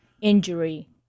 injury